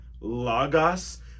Lagos